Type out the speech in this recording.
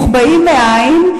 מוחבאים מעין,